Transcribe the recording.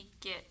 get